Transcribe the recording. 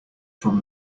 from